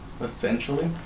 Essentially